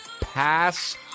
pass